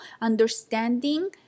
understanding